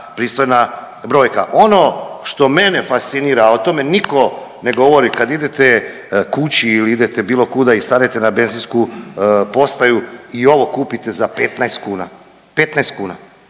pristojna brojka. Ono što mene fascinira, a o tome nitko ne govori kad idete kući ili idete bilo kuda i stanete na benzinsku postaju i ovo kupite za 15 kuna. 15 kuna.